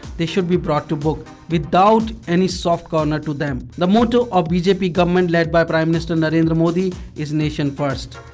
they should be brought to book without any soft corner to them. the motto of bjp government led by prime minister narendra modi is nation first.